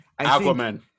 aquaman